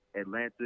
Atlanta